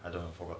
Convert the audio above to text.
I don't know